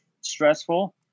stressful